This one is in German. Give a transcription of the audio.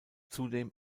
zudem